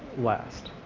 last.